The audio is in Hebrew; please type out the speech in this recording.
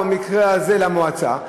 או במקרה הזה למועצה,